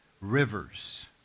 Rivers